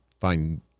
find